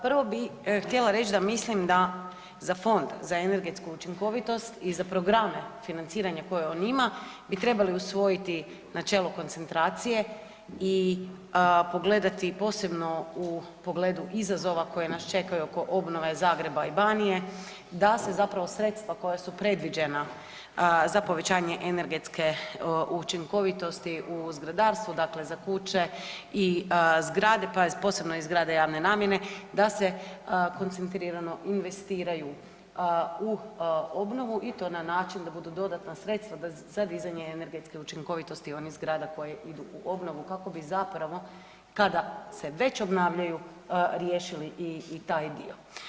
Prvo bi htjela reći da mislim da za Fond za energetsku učinkovitost i za programe financiranja koje on ima bi trebali usvojiti načelo koncentracije i pogledati posebno u pogledu izazova koje nas čeka oko obnove Zagreba i Banije da se zapravo sredstva koja su predviđena za povećanje energetske učinkovitosti u zgradarstvu, dakle za kuće i zgrade, posebno zgrade javne namjene, da se koncentrirano investiraju u obnovu i to na način da budu dodatna sredstva da za dizanje energetske učinkovitosti onih zgrada koje idu u obnovu kako bi kada se već obnavljaju riješili i taj dio.